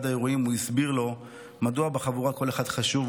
האירועים הוא הסביר לו מדוע בחבורה כל אחד חשוב.